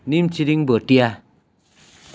निम छिरिङ भोटिया